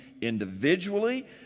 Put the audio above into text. individually